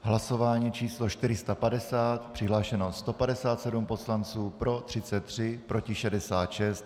Hlasování číslo 450, přihlášeno 157 poslanců, pro 33, proti 66.